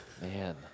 man